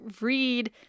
read